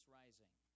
rising